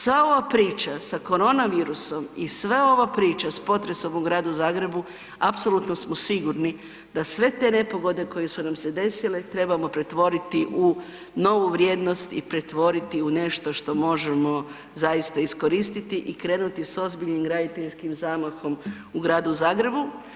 Sva ova priča sa koronavirusom i sva ova priča s potresom u gradu Zagrebu, apsolutno smo sigurni, da sve te nepogode koje su nam se desile, trebamo pretvoriti u novu vrijednost i pretvoriti u nešto što možemo zaista iskoristiti i krenuti s ozbiljnim graditeljskim zamahom u gradu Zagrebu.